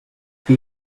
they